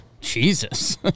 Jesus